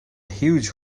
huge